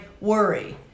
worry